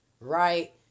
right